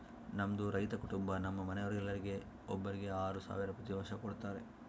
ನಮ್ಮದು ರೈತ ಕುಟುಂಬ ನಮ್ಮ ಮನೆಯವರೆಲ್ಲರಿಗೆ ಒಬ್ಬರಿಗೆ ಆರು ಸಾವಿರ ಪ್ರತಿ ವರ್ಷ ಕೊಡತ್ತಾರೆ